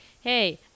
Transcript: hey